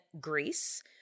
Greece